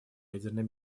ядерной